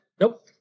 Nope